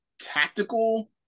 tactical